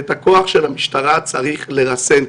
את הכוח של המשטרה צריך לרסן.